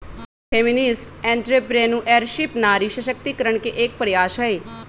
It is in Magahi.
फेमिनिस्ट एंट्रेप्रेनुएरशिप नारी सशक्तिकरण के एक प्रयास हई